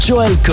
Joel